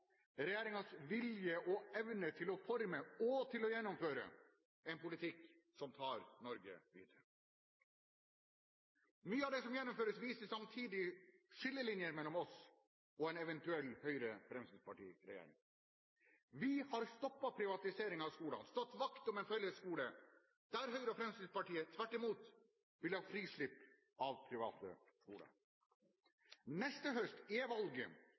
vilje og evne til å forme og til å gjennomføre en politikk som tar Norge videre. Mye av det som gjennomføres, viser samtidig skillelinjer mellom oss og en eventuell Høyre-/Fremskrittspartiregjering. Vi har stoppet privatiseringen av skolene, stått vakt om en felles skole, der Høyre og Fremskrittspartiet tvert imot vil ha frislipp av private skoler. Neste høst er valget